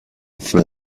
from